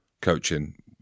coaching